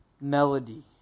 melody